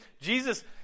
Jesus